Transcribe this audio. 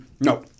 No